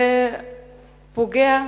פוגע.